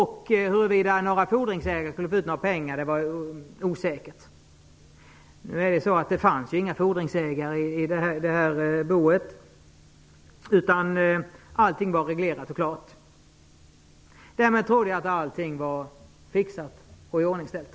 Huruvida några fordringsägare skulle få ut några pengar var osäkert. Det fanns ju dock inga fordringsägare i boet, utan allting var reglerat och klart. Jag trodde att allting därmed var färdigt och iordningställt.